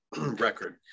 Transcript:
record